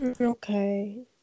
Okay